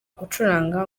gucuranga